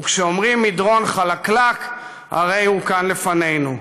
וכשאומרים מדרון חלקלק, הרי הוא כאן לפנינו.